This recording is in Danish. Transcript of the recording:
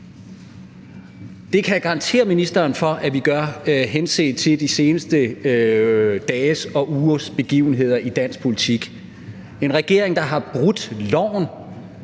Det kan jeg garantere ministeren for at vi gør henset til de seneste dages og ugers begivenheder i dansk politik. Vi har en regering, der har brudt loven!